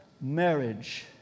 marriage